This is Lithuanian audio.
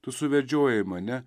tu suvedžiojai mane